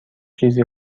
چیزی